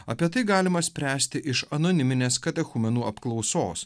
apie tai galima spręsti iš anoniminės katechumenų apklausos